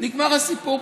נגמר הסיפור.